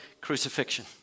crucifixion